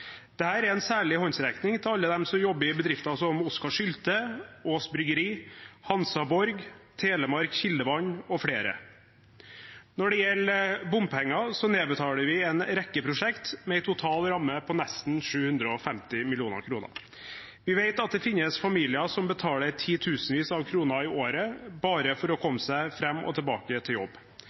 er en særlig håndsrekning til alle dem som jobber i bedrifter som Oskar Sylte, Aass Bryggeri, Hansa Borg, Telemark Kildevann og flere. Når det gjelder bompenger, nedbetaler vi en rekke prosjekter med en total ramme på nesten 750 mill. kr. Vi vet at det finnes familier som betaler titusenvis av kroner i året bare for å komme seg fram og tilbake til jobb.